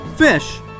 Fish